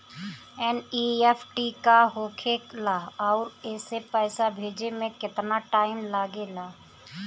NEFT का होखे ला आउर एसे पैसा भेजे मे केतना टाइम लागेला?